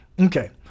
Okay